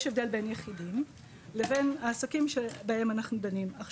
יש הבדל בין יחידים לבין העסקים שבהם אנחנו דנים עכשיו.